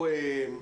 שהוא